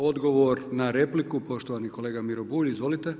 Odgovor na repliku poštovani kolega Miro Bulj, izvolite.